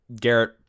Garrett